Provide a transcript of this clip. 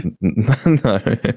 No